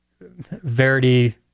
Verity